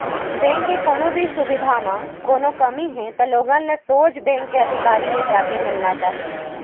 bank के कोनो भी सुबिधा म कोनो कमी हे त लोगन ल सोझ बेंक के अधिकारी ले जाके मिलना चाही